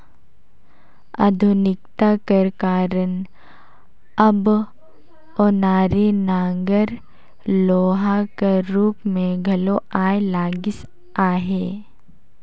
आधुनिकता कर कारन अब ओनारी नांगर लोहा कर रूप मे घलो आए लगिस अहे